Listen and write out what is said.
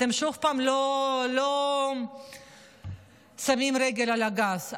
אתם שוב לא שמים רגל על הגז.